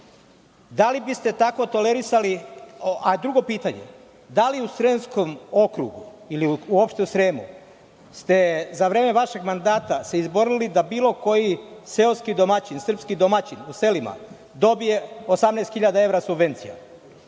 na tih dva miliona evra? Drugo pitanje – da li u Sremskom okrugu ili uopšte u Sremu ste za vreme vašeg mandata se izborili da bilo koji seoski domaćin, srpski domaćin u selima dobije 18.000 evra subvencije?